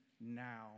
now